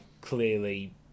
clearly